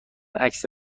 عکس